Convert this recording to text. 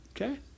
Okay